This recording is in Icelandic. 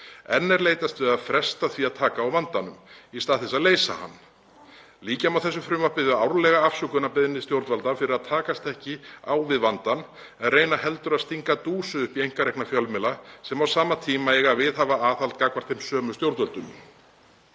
Enn er leitast við að fresta því að taka á vandanum í stað þess að leysa hann. Líkja má þessu frumvarpi við árlega afsökunarbeiðni stjórnvalda fyrir að takast ekki á við vandann en reyna heldur að stinga dúsu upp í einkarekna fjölmiðla sem á sama tíma eiga að viðhafa aðhald gagnvart þeim sömu stjórnvöldum.